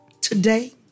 Today